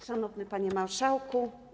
Szanowny Panie Marszałku!